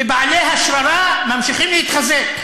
ובעלי השררה ממשיכים להתחזק.